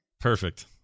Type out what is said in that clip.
perfect